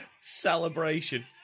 Celebration